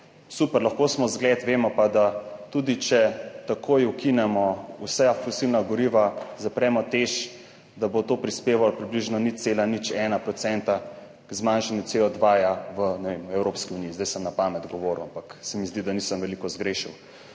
Super, lahko smo zgled. Vemo pa, da tudi če takoj ukinemo vsa fosilna goriva, zapremo Teš, da bo to prispevalo približno 0,01 % k zmanjšanju CO2 v, ne vem, Evropski uniji. Zdaj sem na pamet govoril, ampak se mi zdi, da nisem veliko zgrešil.